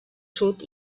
sud